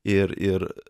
ir ir